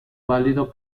válido